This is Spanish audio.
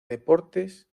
deportes